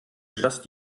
just